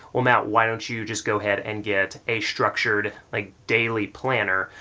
well matt, why don't you just go ahead and get a structured like daily planner,